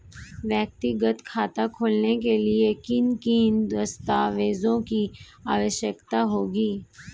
व्यक्तिगत खाता खोलने के लिए किन किन दस्तावेज़ों की आवश्यकता होगी?